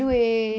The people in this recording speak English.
mmhmm